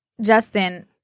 Justin